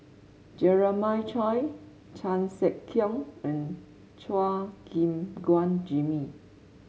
Jeremiah Choy Chan Sek Keong and Chua Gim Guan Jimmy